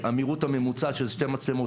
המהירות הממוצעת של שתי מצלמות,